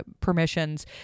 permissions